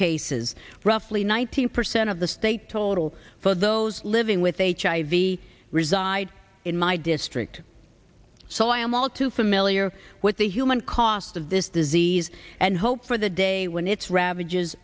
cases roughly nineteen percent of the state toll for those living with hiv reside in my district so i am all too familiar with the human cost of this disease and hope for the day when it's ra